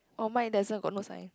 oh mine doesn't got no sign